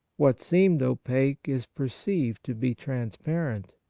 what seemed opaque is perceived to be trans parent.